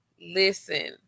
listen